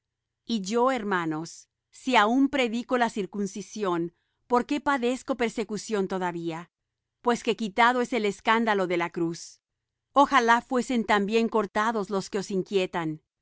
y yo hermanos si aun predico la circuncisión por qué padezco pesecución todavía pues que quitado es el escándalo de la cruz ojalá fuesen también cortados los que os inquietan